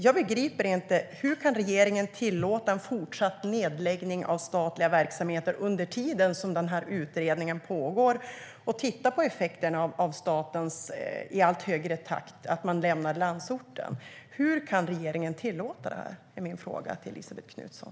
Jag begriper inte hur regeringen kan tillåta en fortsatt nedläggning av statliga verksamheter under tiden som utredningen pågår för att titta på effekterna av att staten i allt högre takt lämnar landsorten. Hur kan regeringen tillåta detta, Elisabet Knutsson?